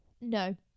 no